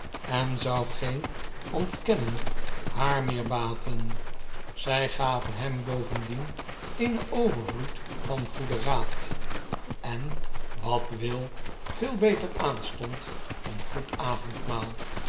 en zou geen ontkennen haar meer baten zij gaven hem bovendien eenen overvloed van goeden raad en wat will veel beter aanstond een goed avondmaal